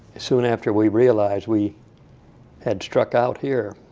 soon after we realized we had struck out here.